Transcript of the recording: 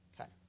Okay